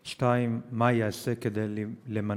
2. מה ייעשה כדי למונעו?